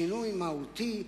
שינוי מהותי,